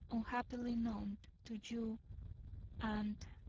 unhappily known to you and,